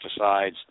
pesticides